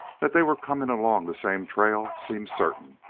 that they were coming along the same trail seemed certain.